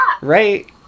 Right